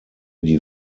die